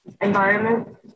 environment